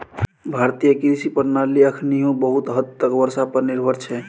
भारतीय कृषि प्रणाली एखनहुँ बहुत हद तक बर्षा पर निर्भर छै